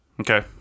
okay